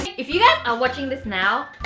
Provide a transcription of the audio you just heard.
if you guys are watching this now,